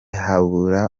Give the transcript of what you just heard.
habura